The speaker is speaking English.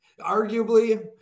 arguably